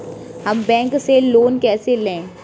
हम बैंक से लोन कैसे लें?